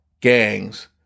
gangs